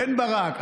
בן ברק,